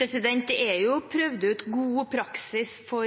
Det er jo prøvd ut god praksis for